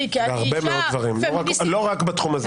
בהרבה מאוד דברים ולא רק בתחום הזה.